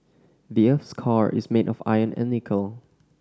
the earth's core is made of iron and nickel